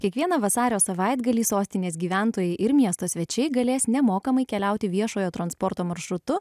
kiekvieną vasario savaitgalį sostinės gyventojai ir miesto svečiai galės nemokamai keliauti viešojo transporto maršrutu